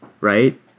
right